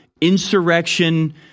insurrection